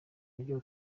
buryo